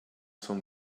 some